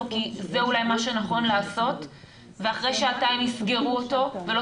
כי זה אולי מה שנכון לעשות ואחרי שעתיים יסגרו אותו ולא